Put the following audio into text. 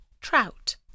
trout